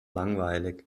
langweilig